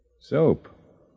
Soap